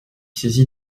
saisie